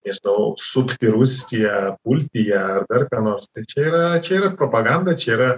nežinau supti rusiją pulti ją dar ką nors tai čia yra čia yra propaganda čia yra